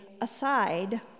aside